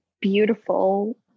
beautiful